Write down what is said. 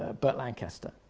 bert lancaster,